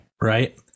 right